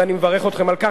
ואני מברך אתכם על כך,